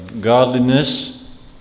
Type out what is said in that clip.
godliness